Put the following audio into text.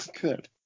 good